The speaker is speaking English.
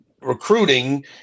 recruiting